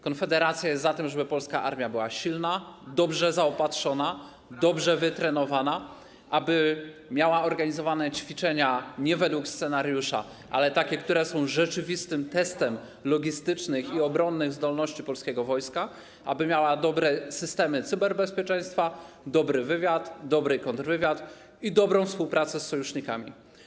Konfederacja jest za tym, żeby polska armia były silna, dobrze zaopatrzona, dobrze wytrenowana, aby miała organizowane ćwiczenia nie według scenariusza, ale takie, które są rzeczywistym testem logistycznych i obronnych zdolności polskiego wojska, aby miała dobre systemy cyberbezpieczeństwa, dobry wywiad, dobry kontrwywiad i dobrą współpracę z sojusznikami.